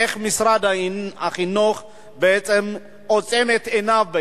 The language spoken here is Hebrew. איך משרד החינוך עוצם את עיניו בעניין?